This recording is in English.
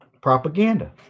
propaganda